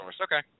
Okay